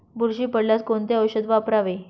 बुरशी पडल्यास कोणते औषध वापरावे?